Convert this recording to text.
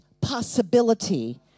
possibility